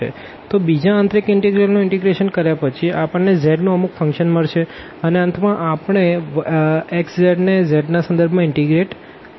તો બીજા inner integral નું ઇનટીગ્રેશન કર્યા પછી આપણને z નું અમુક ફંક્શન મળશે અને અંતમાં આપણે xzને z ના સંદર્ભમાં ઈન્ટિગ્રેટ કરશો